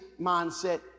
mindset